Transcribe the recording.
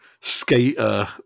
skater